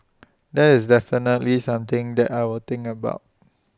that's definitely something that I will think about